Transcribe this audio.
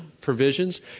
Provisions